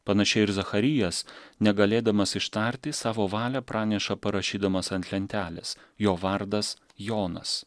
panašiai ir zacharijas negalėdamas ištarti savo valią praneša parašydamas ant lentelės jo vardas jonas